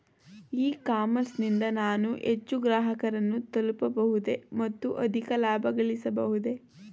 E commerce ನಿಂದ ನಾನು ಹೆಚ್ಚು ಗ್ರಾಹಕರನ್ನು ತಲುಪಬಹುದೇ ಮತ್ತು ಅಧಿಕ ಲಾಭಗಳಿಸಬಹುದೇ?